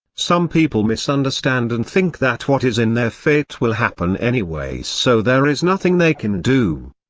some people misunderstand and think that what is in their fate will happen anyway so there is nothing they can do.